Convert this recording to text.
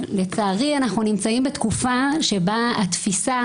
לצערי אנחנו נמצאים בתקופה שבה התפיסה